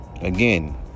Again